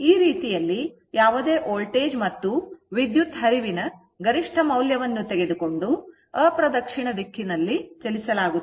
ಈ ರೀತಿಯಲ್ಲಿ ಯಾವುದೇ ವೋಲ್ಟೇಜ್ ಮತ್ತು ವಿದ್ಯುತ್ ಹರಿವಿನ ಗರಿಷ್ಠ ಮೌಲ್ಯವನ್ನು ತೆಗೆದುಕೊಂಡು ಅಪ್ರದಕ್ಷಿಣ ದಿಕ್ಕಿನಲ್ಲಿ ಚಲಿಸಲಾಗುತ್ತದೆ